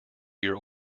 your